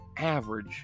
Average